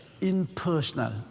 impersonal